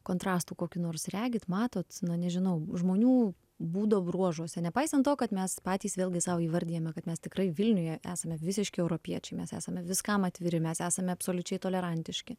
kontrastų kokių nors regit matot na nežinau žmonių būdo bruožuose nepaisant to kad mes patys vėlgi sau įvardijame kad mes tikrai vilniuje esame visiški europiečiai mes esame viskam atviri mes esame absoliučiai tolerantiški